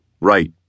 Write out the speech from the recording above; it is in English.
Right